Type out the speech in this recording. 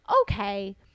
okay